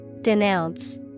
Denounce